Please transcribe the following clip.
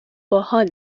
باحال